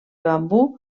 bambú